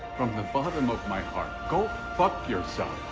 from the bottom of my heart, go fuck yourself.